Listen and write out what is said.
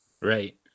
Right